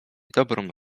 dobrą